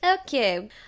okay